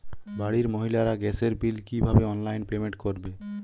বাড়ির মহিলারা গ্যাসের বিল কি ভাবে অনলাইন পেমেন্ট করবে?